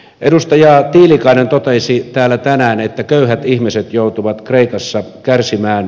edustaja tiilikainen totesi täällä tänään että köyhät ihmiset joutuvat kreikassa kärsimään